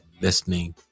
Listening